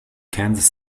kansas